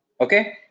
okay